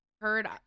heard